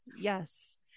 Yes